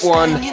one